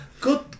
good